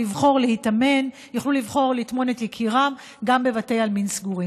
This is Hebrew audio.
לבחור לטמון את יקירם גם בבתי עלמין סגורים.